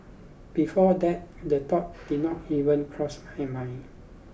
before that the thought did not even cross my mind